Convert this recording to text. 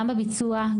גם בביצוע,